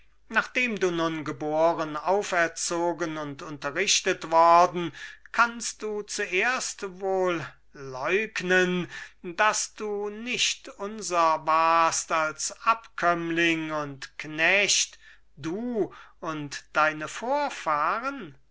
nachdem du nun geboren auferzogen und unterrichtet worden bist kannst du zuerst wohl leugnen daß du nicht unser warst als abkömmling und knecht du und deine vorfahren